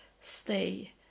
stay